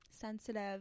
Sensitive